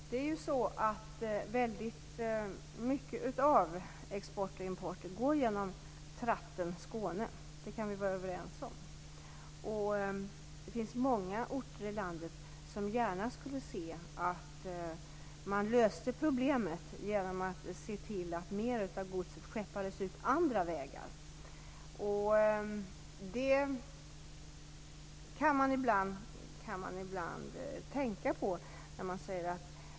Herr talman! Väldigt mycket av exporten och importen går genom tratten Skåne. Det kan vi vara överens om. Det finns många orter i landet som gärna skulle se att man löste problemet genom att se till att mer av godset skeppades ut andra vägar. Det kan man ibland tänka på.